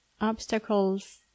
Obstacles